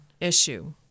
issue